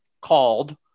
called